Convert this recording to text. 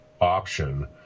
option